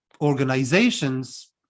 organizations